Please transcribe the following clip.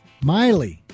Miley